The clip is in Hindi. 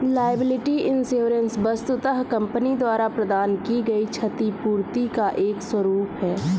लायबिलिटी इंश्योरेंस वस्तुतः कंपनी द्वारा प्रदान की गई क्षतिपूर्ति का एक स्वरूप है